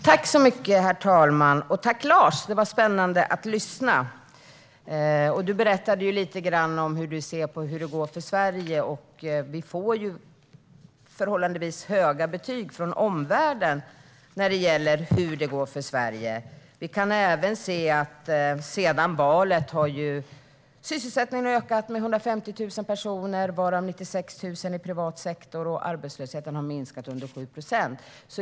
Herr talman! Det var spännande att lyssna på dig, Lars. Du berättade lite grann om hur du ser på hur det går för Sverige. Vi får förhållandevis höga betyg från omvärlden när det gäller hur det går för Sverige. Sedan valet har sysselsättningen ökat med 150 000 personer, varav 96 000 i privat sektor. Arbetslösheten har minskat till under 7 procent.